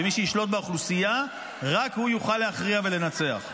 ורק מי שישלוט באוכלוסייה יוכל להכריע ולנצח.